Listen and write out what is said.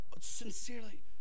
sincerely